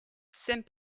saint